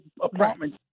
apartment